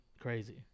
crazy